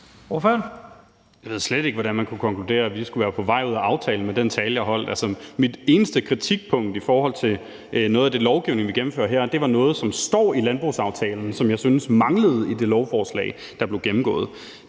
Jeg ved slet ikke, hvordan man kan konkludere, at vi skulle være på vej ud af aftalen med den tale, jeg holdt. Mit eneste kritikpunkt i forhold til noget af den lovgivning, vi gennemfører her, var noget, som står i landbrugsaftalen, som jeg synes manglede i det lovforslag, der blev gennemgået.